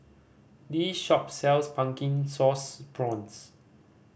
this shop sells Pumpkin Sauce Prawns